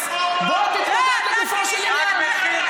אז אתה עושה תג מחיר נגד יישוב שלם עם 270 משפחות.